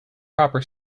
proper